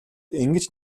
ингэж